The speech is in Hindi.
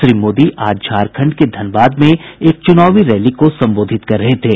श्री मोदी आज झारखंड के धनबाद में एक चुनावी रैली को संबोधित कर रहे थे